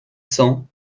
cents